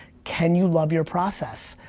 can you love your process?